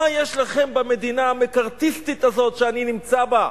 מה יש לכם במדינה המקארתיסטית הזאת שאני נמצא בה,